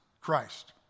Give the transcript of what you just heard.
Christ